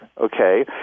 Okay